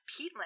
peatland